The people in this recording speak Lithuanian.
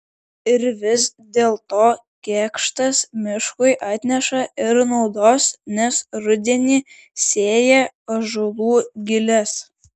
ir vis dėlto kėkštas miškui atneša ir naudos nes rudenį sėja ąžuolų giles